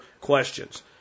questions